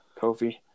Kofi